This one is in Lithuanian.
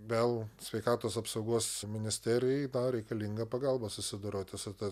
vėl sveikatos apsaugos ministerijai dar reikalinga pagalba susidoroti su ta